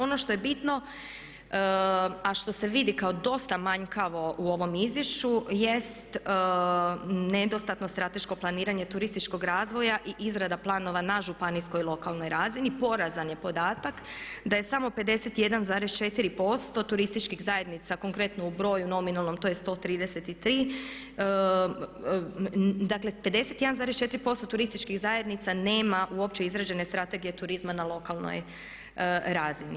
Ono što je bitno a što se vidi kao dosta manjkavo u ovom izvješću jest nedostatno strateško planiranje turističkog razvoja i izrada planova na županijskoj lokalnoj razini, porazan je podatak da je samo 51,4% turističkih zajednica konkretno u broju nominalnom to je 133, dakle 51,4% turističkih zajednica nema uopće izrađene strategije turizma na lokalnoj razini.